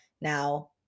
Now